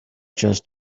just